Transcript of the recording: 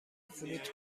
فلوت